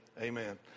amen